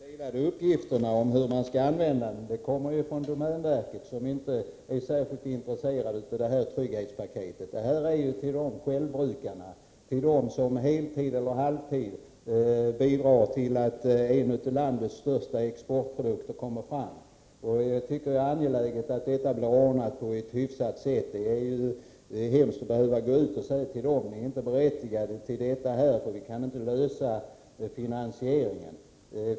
Herr talman! De delade meningarna om hur man skall använda avgiften kommer från domänverket, som inte är särskilt intresserat av detta trygghetspaket. Detta paket är avsett för självbrukarna, för dem som på heltid eller halvtid bidrar till att en av landets största exportprodukter kommer fram. Jag tycker att det är angeläget att frågan ordnas på ett hyfsat sätt. Det är hemskt att behöva säga till dessa människor att de inte är berättigade till denna trygghet, därför att vi inte kan lösa finansieringen.